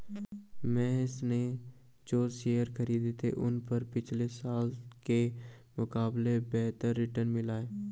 महेश ने जो शेयर खरीदे थे उन पर पिछले साल के मुकाबले बेहतर रिटर्न मिला है